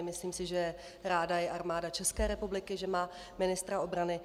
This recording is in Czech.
Myslím si, že ráda je Armáda České republiky, že má ministra obrany.